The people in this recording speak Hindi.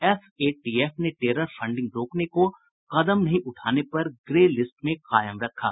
एफएटीएफ ने टेरर फंडिंग रोकने को कदम नहीं उठाने पर ग्रे लिस्ट में कायम रखा